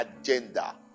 agenda